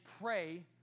pray